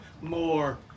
more